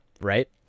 right